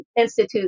institute